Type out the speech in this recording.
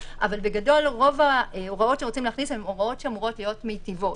אבל בגדול רוב ההוראות שרוצים להכניס הן הוראות שאמורות להיות מיטיבות.